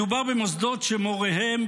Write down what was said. מדובר במוסדות שמוריהם,